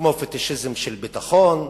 כמו פטישיזם של ביטחון,